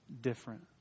different